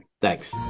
thanks